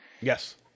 yes